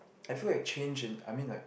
I feel like change in I mean like